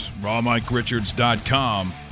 rawmikerichards.com